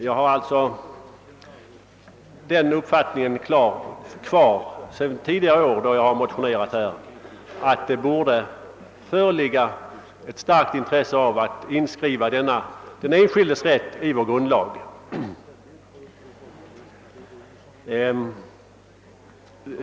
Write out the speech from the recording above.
Jag har alltså kvar min uppfattning sedan tidigare år, då jag motionerat i denna fråga, att det borde föreligga ett starkt intresse av att inskriva denna den enskildes rätt i vår grundlag.